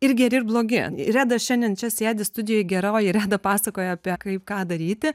ir geri ir blogi reda šiandien čia sėdi studijoj geroji reda pasakoja apie kaip ką daryti